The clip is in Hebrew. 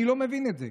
אני לא מבין את זה.